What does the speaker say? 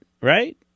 right